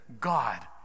God